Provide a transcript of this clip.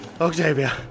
Octavia